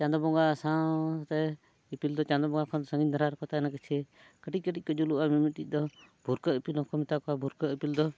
ᱪᱟᱸᱫᱳ ᱵᱚᱸᱜᱟ ᱥᱟᱶᱛᱮ ᱤᱯᱤᱞ ᱫᱚ ᱪᱟᱸᱫᱳ ᱵᱚᱸᱜᱟ ᱠᱷᱚᱱ ᱥᱟᱺᱜᱤᱧ ᱫᱷᱟᱨᱟ ᱨᱮᱠᱚ ᱛᱟᱦᱮᱱᱟ ᱠᱤᱪᱷᱤ ᱠᱟᱹᱴᱤᱡ ᱠᱟᱹᱴᱤᱡ ᱠᱚ ᱡᱩᱞᱩᱜᱼᱟ ᱢᱤᱼᱢᱤᱫᱴᱤᱡ ᱫᱚ ᱵᱷᱩᱨᱠᱟᱹ ᱤᱯᱤᱞ ᱦᱚᱸᱠᱚ ᱢᱮᱛᱟ ᱠᱚᱣᱟ ᱵᱷᱩᱨᱠᱟᱹ ᱤᱯᱤᱞ ᱫᱚ